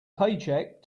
paycheck